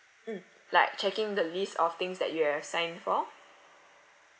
mm like checking the list of things that you have signed for